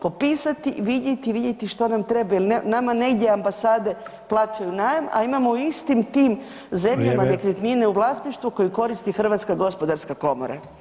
Popisati i vidjeti što nam treba jer nama negdje ambasade plaćaju najam, a imamo u istim tim zemljama nekretnine u vlasništvu [[Upadica Sanader: Vrijeme.]] koje koristi Hrvatska gospodarska komora.